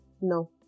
No